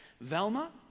Velma